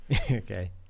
Okay